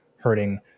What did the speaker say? hurting